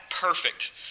perfect